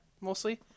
mostly